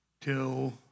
till